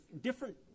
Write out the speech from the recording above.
different